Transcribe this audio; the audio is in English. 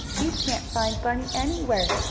we can't find bunny anywhere,